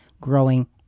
growing